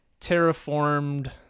terraformed